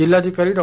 जिल्हाधिकारी डॉ